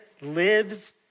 lives